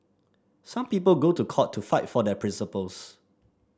some people go to court to fight for their principles